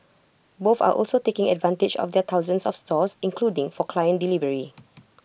both are also taking advantage of their thousands of stores including for client delivery